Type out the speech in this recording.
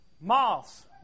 Moths